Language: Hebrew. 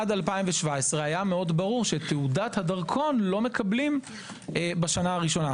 עד 2017 היה מאוד ברור שתעודת הדרכון לא מקבלים בשנה הראשונה.